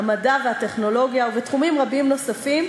המדע והטכנולוגיה ובתחומים רבים נוספים,